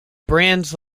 brands